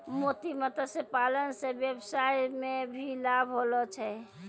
मोती मत्स्य पालन से वेवसाय मे भी लाभ होलो छै